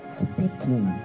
speaking